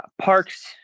parks